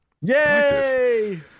Yay